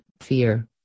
fear